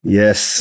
yes